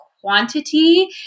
quantity